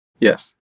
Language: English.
yes